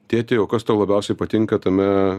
tėti o kas tau labiausiai patinka tame